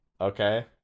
Okay